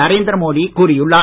நரேந்திர மோடி கூறியுள்ளார்